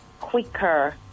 quicker